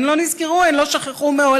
הן לא נזכרו, הן לא שכחו מעולם,